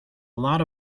lot